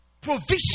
provision